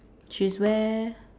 she's wear